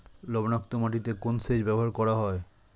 লবণাক্ত মাটিতে কোন সেচ ব্যবহার করা হয়?